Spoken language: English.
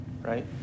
right